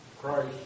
Christ